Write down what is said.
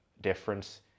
difference